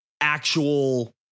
actual